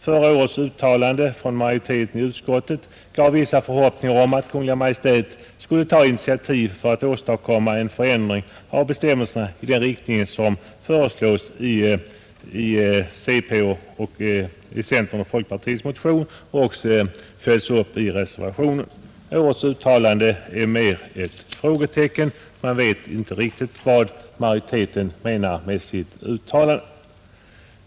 Förra årets uttalande från majoriteten i utskottet gav vissa förhoppningar om att Kungl. Maj:t skulle ta initiativ till att åstadkomma en ändring av bestämmelserna i den riktning som föreslås i centerns och folkpartiets motion, alltså det yrkande som också har följts upp i reservationen 3 till skatteutskottets betänkande nr 36. Årets uttalande av utskottsmajoriteten är mera ett frågetecken. Man vet inte riktigt vad som menas med detta uttalande.